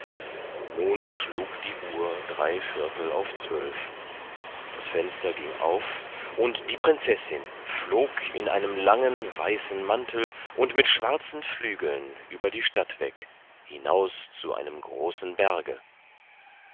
nun schlug die uhr drei viertel auf zwölf das fenster ging auf und die prinzessin flog in einem langen weißen mantel und mit schwarzen flügeln über die stadt weg hinaus zu einem großen berge